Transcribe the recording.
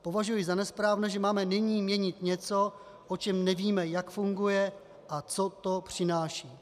Považuji za nesprávné, že máme nyní měnit něco, o čem nevím, jak funguje a co to přináší.